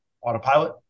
Autopilot